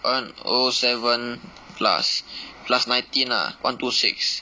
one O seven plus plus nineteen lah one two six